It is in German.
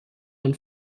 man